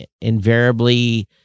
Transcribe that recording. invariably